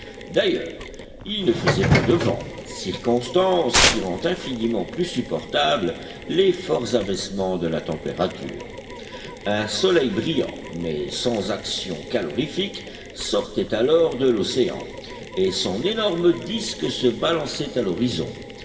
d'ailleurs il ne faisait pas de vent circonstance qui rend infiniment plus supportables les forts abaissements de la température un soleil brillant mais sans action calorifique sortait alors de l'océan et son énorme disque se balançait à l'horizon